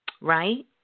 right